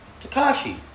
Takashi